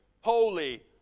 holy